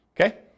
Okay